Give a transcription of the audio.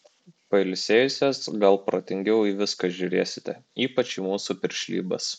pailsėjusios gal protingiau į viską žiūrėsite ypač į mūsų piršlybas